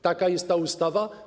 Taka jest ta ustawa?